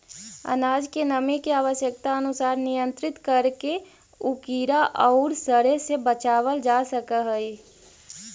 अनाज के नमी के आवश्यकतानुसार नियन्त्रित करके उ कीड़ा औउर सड़े से बचावल जा सकऽ हई